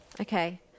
Okay